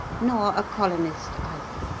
nor a colonist either,